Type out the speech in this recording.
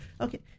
Okay